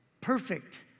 perfect